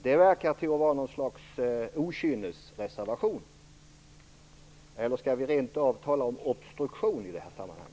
Det verkar vara något slags okynnesreservation. Man kanske rentav kan tala om obstruktion i det här sammanhanget.